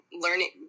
learning